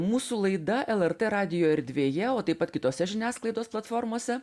mūsų laida lrt radijo erdvėje o taip pat kitose žiniasklaidos platformose